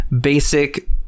basic